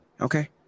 Okay